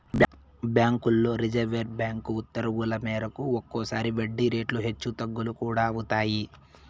బ్యాంకుల్లో reserve bank ఉత్తర్వుల మేరకు ఒక్కోసారి వడ్డీ రేట్లు హెచ్చు తగ్గులు కూడా అవుతాయి